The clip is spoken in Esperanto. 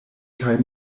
kaj